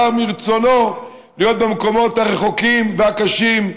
על מי שבחר מרצונו להיות במקומות הרחוקים והקשים,